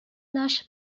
наше